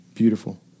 beautiful